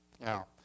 Now